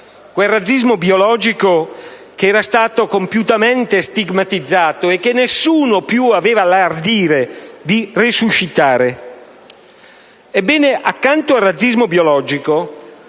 Quel razzismo biologico che era stato compiutamente stigmatizzato e che nessuno più aveva l'ardire di resuscitare. Ebbene, accanto al razzismo biologico,